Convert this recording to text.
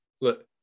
look